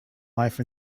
life